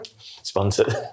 sponsored